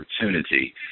opportunity